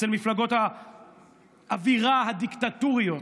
אצל מפלגות האווירה הדיקטטוריות.